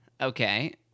Okay